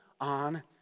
on